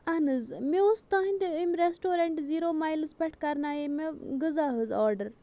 اَہَن حظ مےٚ اوس تُہٕنٛدِ اَمہِ ریسٹورَنٛٹ زیٖرو مایلٕز پٮ۪ٹھ کَرنایے مےٚ غذا حظ آرڈَر